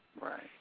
Right